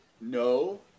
no